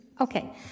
Okay